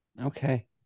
Okay